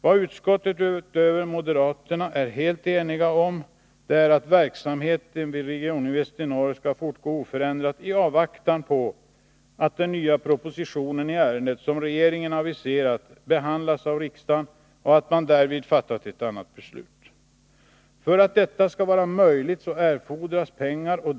Vad utskottet förutom moderaterna är helt enigt om är att Tisdagen den verksamheten vid Regioninvest i Norr skall fortgå oförändrad i avvaktan på 10 maj 1983 att den nya proposition i ärendet som regeringen aviserat har behandlats av riksdagen och denna därvid fattat ett annat beslut. För att detta skall vara möjligt erfordras pengar.